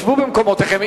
שבו במקומותיכם,